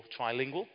trilingual